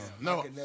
No